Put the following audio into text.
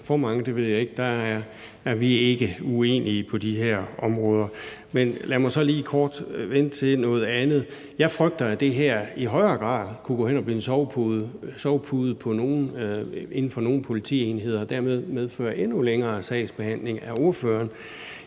hvor mange ved jeg ikke – er vi ikke uenige på de her områder. Men lad mig så lige kort vende blikket mod noget andet: Jeg frygter, at det her i højere grad kunne gå hen og blive en sovepude inden for nogle politienheder, der vil medføre endnu længere sagsbehandlingstider. Er ordføreren